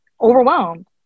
overwhelmed